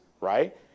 right